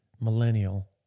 millennial